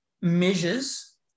measures